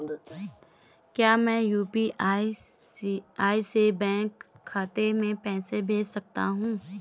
क्या मैं यु.पी.आई से बैंक खाते में पैसे भेज सकता हूँ?